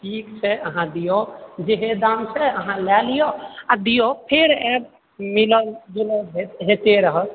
ठीक छै अहाँ दिऔ जेहे दाम छै अहाँ लए लिऔ आ दिऔ फेर आएब मिलब जुलब हे हेते रहत